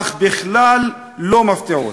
אך בכלל לא מפתיעות.